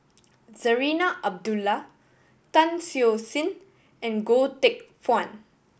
Zarinah Abdullah Tan Siew Sin and Goh Teck Phuan